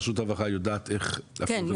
רשות הרווחה יודעת איך לפעול?